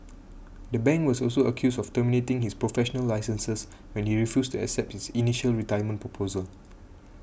the bank was also accused of terminating his professional licenses when you refused to accept its initial retirement proposal